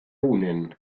unen